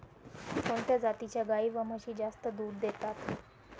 कोणत्या जातीच्या गाई व म्हशी जास्त दूध देतात?